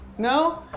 No